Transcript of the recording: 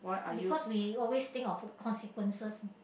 because we always think of the consequences